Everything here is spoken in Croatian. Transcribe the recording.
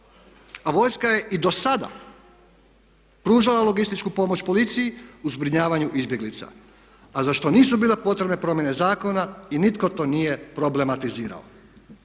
A vojska je i do sada pružala logističku pomoć policiji u zbrinjavanju izbjeglica a za što nisu bile potrebne probleme zakona i nitko to nije problematizirao.